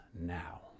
now